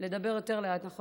לדבר יותר לאט, נכון?